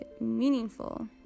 meaningful